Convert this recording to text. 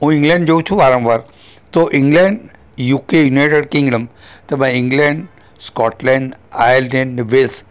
હું ઈંગ્લેન્ડ જઉં છું વારંવાર તો ઈંગ્લેન્ડ યુકે યુનાઈટેડ કિંગડમ તેમાં ઈંગ્લેન્ડ સ્કોટલેન્ડ આયર્લેન્ડ વેલ્સ